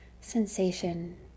sensation